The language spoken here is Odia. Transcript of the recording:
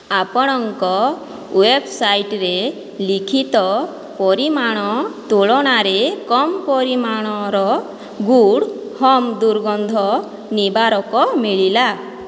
ଆପଣଙ୍କ ୱେବସାଇଟ୍ରେ ଲିଖିତ ପରିମାଣ ତୁଳନାରେ କମ ପରିମାଣର ଗୁଡ଼୍ ହୋମ୍ ଦୁର୍ଗନ୍ଧ ନିବାରକ ମିଳିଲା